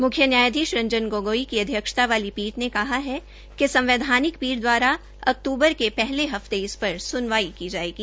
मुख्य न्यायाधीश रंजन गोगोई की अध्यक्षता वाली पीठ ने कहा है कि संवैधानिक पीठ द्वारा अक्तूबर के पहले हफ्ते इस पर स्नवाई की जायेगी